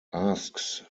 asks